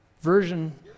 version